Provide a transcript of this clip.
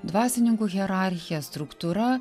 dvasininkų hierarchija struktūra